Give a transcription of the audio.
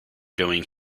doing